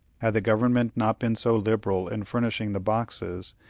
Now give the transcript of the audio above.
had the government not been so liberal in furnishing the boxes,